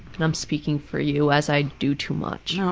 and i'm speaking for you as i do too much.